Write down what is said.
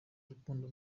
rukundo